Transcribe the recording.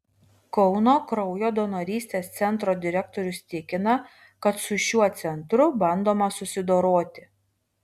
kauno kraujo donorystės centro direktorius tikina kad su šiuo centru bandoma susidoroti